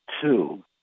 two